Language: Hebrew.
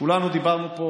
כולנו דיברנו פה